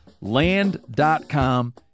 Land.com